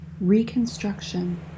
reconstruction